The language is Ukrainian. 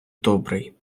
добрий